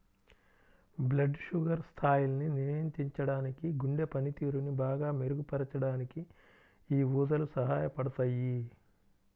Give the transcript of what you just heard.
blood sugar స్థాయిల్ని నియంత్రించడానికి, గుండె పనితీరుని బాగా మెరుగుపరచడానికి యీ ఊదలు సహాయపడతయ్యి